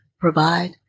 provide